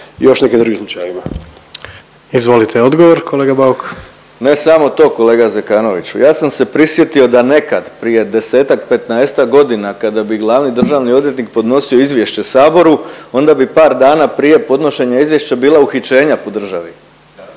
Gordan (HDZ)** Izvolite odgovor kolega Bauk. **Bauk, Arsen (SDP)** Ne samo to kolega Zekanoviću, ja sam se prisjetio da nekad prije desetak, petnaestak godina kada bi glavni državni odvjetnik podnosio izvješće Saboru onda bi par dana prije podnošenja izvješća bila uhićenja po državi,